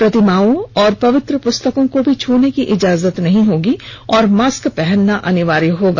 प्रतिमाओं और पवित्र पुस्तकों को भी छने की इजाजत नहीं होगी और मास्क पहनना अनिवार्य होगा